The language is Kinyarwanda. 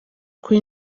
kuri